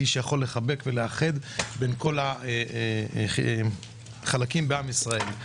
האיש שיכול לחבק ולאחד בין כל החלקים בעם ישראל.